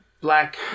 black